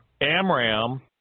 Amram